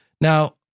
Now